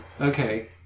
Okay